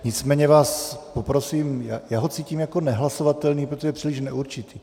Nicméně vás poprosím, já ho cítím jako nehlasovatelný, protože je příliš neurčitý.